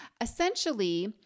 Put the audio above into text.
Essentially